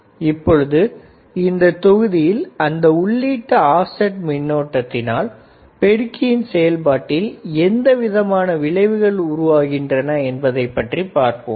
இப்பொழுது இந்தத் தொகுதியில் அந்த உள்ளீட்டு ஆப்செட் மின்னோட்டத்தினால் பெருக்கியின் செயல்பாட்டில் எந்த விதமான விளைவுகள் ஏற்படுகின்றன என்பதை பற்றி பார்ப்போம்